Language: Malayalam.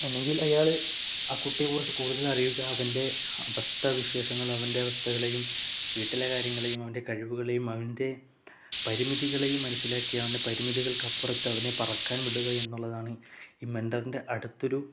ഒന്നെങ്കിൽ അയാൾ ആ കുട്ടിയെക്കുറിച്ചു കൂടുതൽ അറിയുക അവൻ്റെ അവസ്ഥവിശേഷങ്ങളും അവൻ്റെ അവസ്ഥകളെയും വീട്ടിലെ കാര്യങ്ങളെയും അവൻ്റെ കഴിവുകളെയും അവൻ്റെ പരിമിതികളെയും മനസ്സിലാക്കി അവൻ്റെ പരിമിതികൾക്ക് അപ്പുറത്ത് അവനെ പറക്കാൻ വിടുക എന്നുള്ളതാണ് ഈ മെൻ്ററിൻ്റെ അടുത്തൊരു